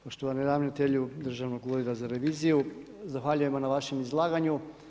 Poštovani ravnatelju Državnog ureda za reviziju, zahvaljujemo na vašem izlaganju.